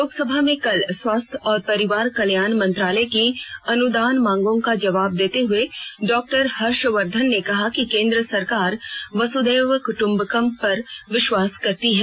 लोकसभा में कल स्वास्थ्य और परिवार कल्याण मंत्रालय की अनुदान मांगों का जवाब देते हुए डॉ हर्षवर्धन ने कहा कि केन्द्र सरकार वसुधैव कुटुम्बकम पर विश्वास करती है